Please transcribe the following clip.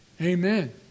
Amen